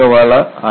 பங்கவாலா A